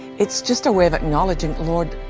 it's just a way of acknowledging lord.